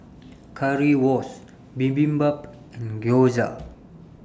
Currywurst Bibimbap and Gyoza